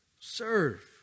Serve